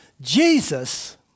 Jesus